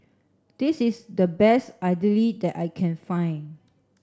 this is the best idly that I can find